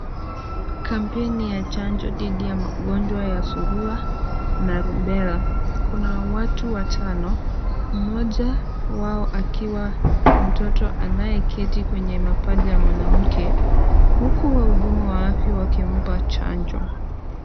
Kampeni ya chanjo dhidi ya magonjwa ya surua na rubela. Kuna watu watano, mmoja wao akiwa mtoto anayeketi kwenye mapaja ya mwanamke, huku wahudumu wa afya wakimpa chanjo.